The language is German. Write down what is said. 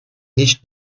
nicht